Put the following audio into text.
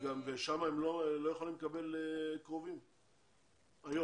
וגם שם הם לא יכולים לקבל קרובים היום?